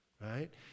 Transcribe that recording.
right